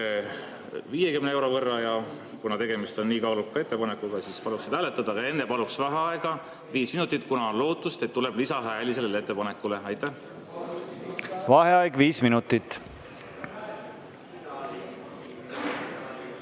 50 euro võrra. Kuna tegemist on nii kaaluka ettepanekuga, siis paluks seda hääletada, aga enne paluks vaheaega viis minutit, kuna on lootust, et tuleb lisahääli sellele ettepanekule. Aitäh! Antud